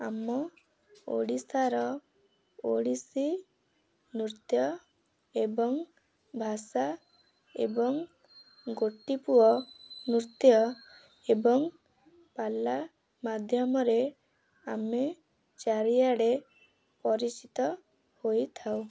ଆମ ଓଡ଼ିଶାର ଓଡ଼ିଶୀ ନୃତ୍ୟ ଏବଂ ଭାଷା ଏବଂ ଗୋଟିପୁଅ ନୃତ୍ୟ ଏବଂ ପାଲା ମାଧ୍ୟମରେ ଆମେ ଚାରିଆଡ଼େ ପରିଚିତ ହୋଇଥାଉ